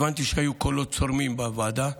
הבנתי שהיו קולות צורמים בוועדה.